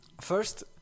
first